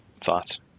thoughts